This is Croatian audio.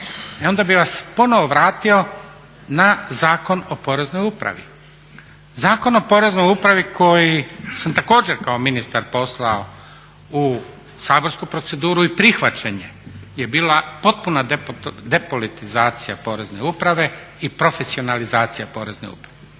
E onda bih vas ponovo vratio na Zakon o poreznoj upravi. Zakon o Poreznoj upravi koji sam također kao ministar poslao u saborsku proceduru i prihvaćanje je bila potpuna depolitizacija Porezne uprave i profesionalizacija Porezne uprave.